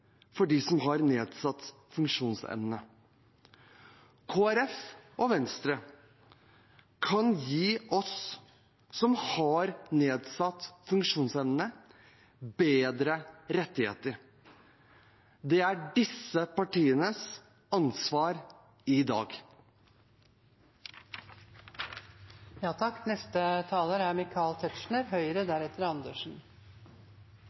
for dem som har nedsatt funksjonsevne. Kristelig Folkeparti og Venstre kan gi oss som har nedsatt funksjonsevne, bedre rettigheter. Det er disse partienes ansvar i